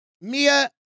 Mia